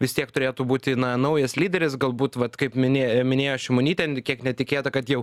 vis tiek turėtų būti na naujas lyderis galbūt vat kaip minėj minėjo šimonytė kiek netikėta kad jau